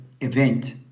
event